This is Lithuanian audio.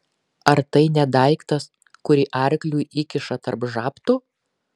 ar tai ne daiktas kurį arkliui įkiša tarp žabtų